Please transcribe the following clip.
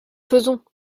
faisons